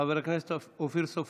חבר הכנסת אופיר סופר,